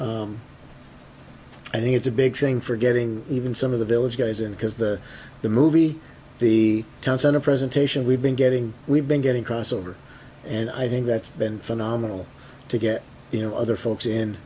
i think it's a big thing for getting even some of the village guys in because the the movie the town center presentation we've been getting we've been getting crossover and i think that's been phenomenal to get you know other folks